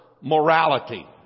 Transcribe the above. morality